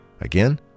Again